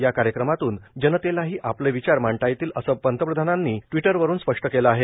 या कार्यक्रमातून जनतेलाही आपले विचार मांडता येतील असं प्रधानमंत्र्यांनी ट्वीटरवरून स्पष्ट केलं आहे